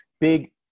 big